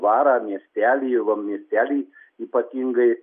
dvarą miestelį va miestelį ypatingai